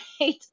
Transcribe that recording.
right